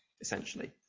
essentially